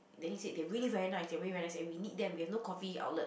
then he said they really very nice they really very nice and we need them we have no coffee outlet